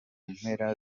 mpera